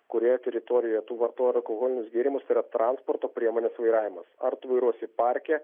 kurioje teritorijoje tu vartoji ar alkoholinius gėrimus tai yra transporto priemonės vairavimas ar tu vairuosi parke